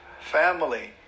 family